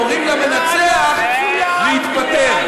קוראים למנצח להתפטר,